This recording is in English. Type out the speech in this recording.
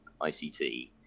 ict